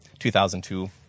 2002